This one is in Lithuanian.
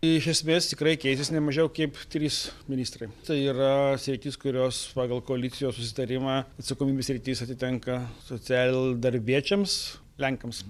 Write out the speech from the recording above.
iš esmės tikrai keisis ne mažiau kaip trys ministrai tai yra sritys kurios pagal koalicijos susitarimą atsakomybių sritys atitenka socialdarbiečiams lenkams